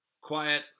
quiet